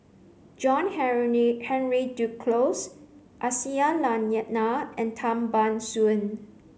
John Henry Duclos Aisyah Lyana and Tan Ban Soon